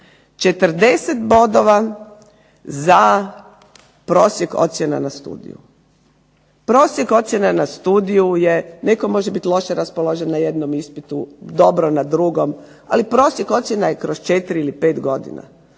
40 bodova za prosjek ocjena na studiju. Prosjek ocjena na studiju je netko može biti raspoložen na jednom ispitu, dobro na drugom, ali prosjek ocjena je kroz 4 ili 5 godina.